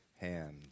hand